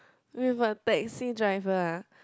with a taxi driver ah